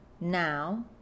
now